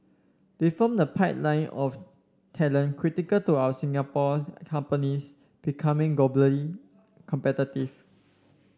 they form the pipeline of talent critical to our Singapore companies becoming globally competitive